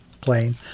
plane